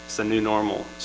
it's a new normal,